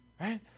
Right